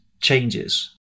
changes